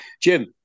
Jim